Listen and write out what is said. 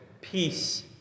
peace